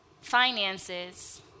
finances